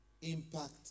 impact